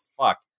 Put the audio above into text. fuck